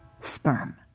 sperm